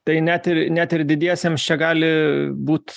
tai net ir net ir didiesiems čia gali būt